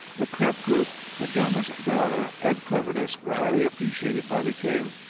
a clear proof that gama's valour and cleverness were highly appreciated by the king.